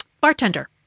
Bartender